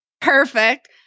Perfect